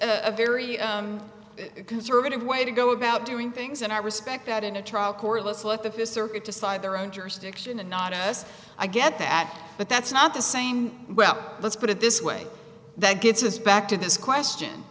a very conservative way to go about doing things and i respect that in a trial court let's let the st circuit decide their own jurisdiction and not us i get that but that's not the same well let's put it this way that gets us back to this question